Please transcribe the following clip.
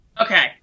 Okay